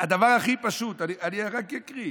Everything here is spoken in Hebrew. הדבר הכי פשוט, אני רק אקריא,